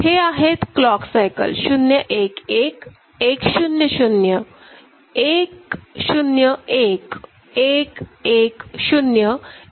हे आहेत clock cycle 011100101110111